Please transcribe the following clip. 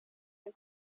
ein